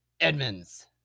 Edmonds